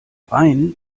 rhein